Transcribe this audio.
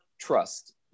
trust